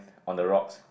on the rocks